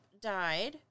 died